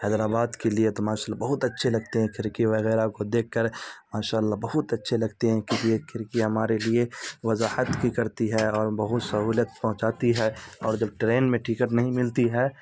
حیدرآباد کے لیے تو ماشاء اللہ بہت اچھے لگتے ہیں کھڑکی وغیرہ کو دیکھ کر ماشاء اللہ بہت اچھے لگتے ہیں کیونکہ کھڑکی ہمارے لیے وضاحت بھی کرتی ہے اور بہت سہولت پہنچاتی ہے اور جب ٹرین میں ٹکٹ نہیں ملتی ہے